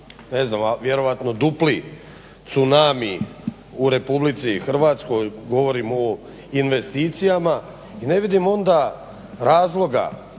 ne znam vjerojatno dupli tsunami u RH. Govorim o investicijama, i ne vidim onda razloga,